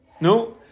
No